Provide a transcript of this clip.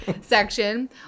section